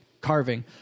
carving